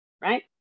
right